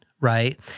right